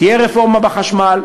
תהיה רפורמה בחשמל,